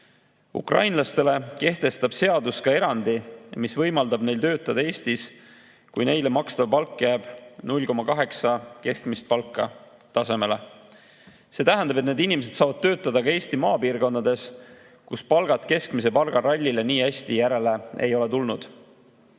Ukrainlastele kehtestab seadus erandi, mis võimaldab neil töötada Eestis, kui neile makstav palk jääb 0,8 keskmise palga tasemele. See tähendab, et need inimesed saavad töötada ka Eesti maapiirkondades, kus palgad keskmise palga rallile nii hästi järele ei ole tulnud. Lisaks